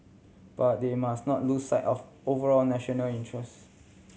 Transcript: but they must not lose sight of overall national interest